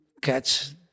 catch